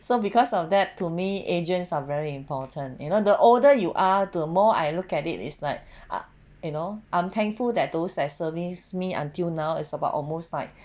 so because of that to me agents are very important you know the older you are the more I look at it is like I you know I'm thankful that those that service me until now is about almost like